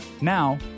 Now